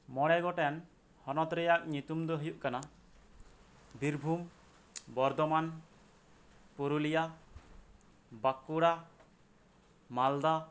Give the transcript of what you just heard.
ᱢᱚᱬᱮ ᱜᱚᱴᱮᱱ ᱦᱚᱱᱚᱛ ᱨᱮᱭᱟᱜ ᱧᱩᱛᱩᱢ ᱫᱚ ᱦᱩᱭᱩᱜ ᱠᱟᱱᱟ ᱵᱤᱨᱵᱷᱩᱢ ᱵᱚᱨᱫᱷᱚᱢᱟᱱ ᱯᱩᱨᱩᱞᱤᱭᱟ ᱵᱟᱸᱠᱩᱲᱟ ᱢᱟᱞᱫᱟ